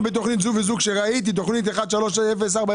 בתכנית זו וזו כשראיתי תכנית 130401,